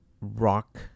rock